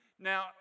Now